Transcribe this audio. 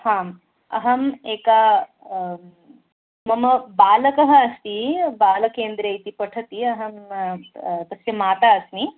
हाम् अहम् एका मम बालकः अस्ति बालकेन्द्रे इति पठति अहं तस्य माता अस्मि